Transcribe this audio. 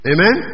Amen